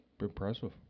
Impressive